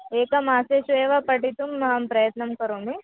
एकमासेषु एव पठितुं अहं प्रयत्नं करोमि